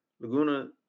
Laguna